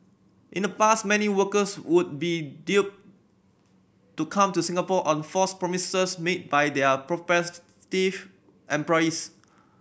in the past many workers would be duped to come to Singapore on false promises made by their prospective employees